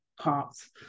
parts